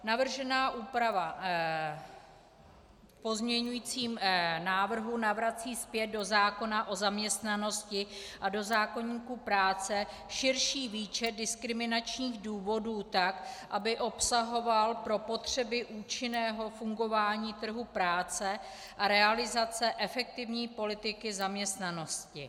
Navržená úprava v pozměňujícím návrhu navrací zpět do zákona o zaměstnanosti a do zákoníku práce širší výčet diskriminačních důvodů tak, aby obsahoval pro potřeby účinného fungování trhu práce a realizace efektivní politiky zaměstnanosti.